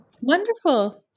Wonderful